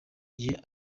gihe